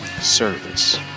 service